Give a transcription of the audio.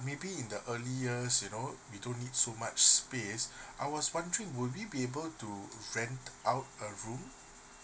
maybe in the earliest you know don't need so much space I was wondering will we be able to rent out a room